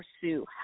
pursue